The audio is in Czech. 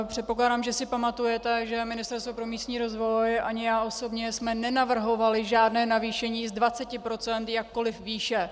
Předpokládám, že si pamatujete, že Ministerstvo pro místní rozvoj ani já osobě jsme nenavrhovaly žádné navýšení z 20 % jakkoli výše.